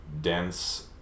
dense